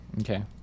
Okay